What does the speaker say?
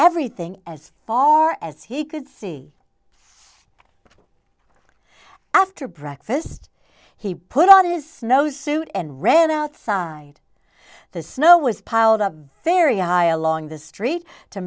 everything as far as he could see after breakfast he put on his nose suit and ran outside the snow was piled up very high along the street to